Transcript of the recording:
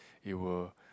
it were